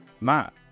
Matt